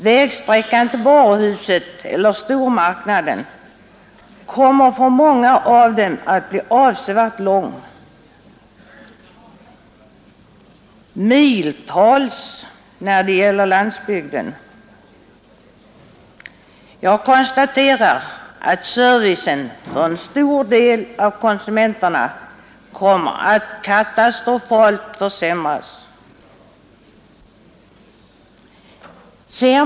Vägsträckan till varuhuset eller stormarknaden kommer för många av dem att bli avsevärd — miltals för dem som är bosatta på landsbygden. Servicen för en stor del av konsumenterna kommer att katastrofalt försämras.